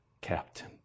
captain